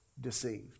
deceived